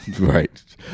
right